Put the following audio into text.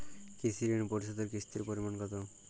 কৃষি ঋণ পরিশোধের কিস্তির পরিমাণ কতো?